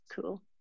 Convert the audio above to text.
cool